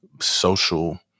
social